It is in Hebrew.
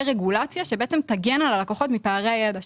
רגולציה שבעצם תגן על הלקוחות מפערי הידע.